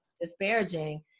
disparaging